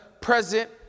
present